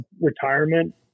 retirement